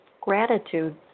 gratitude